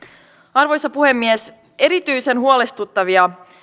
arvoisa puhemies erityisen huolestuttavia